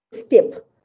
step